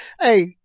hey